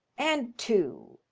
and two.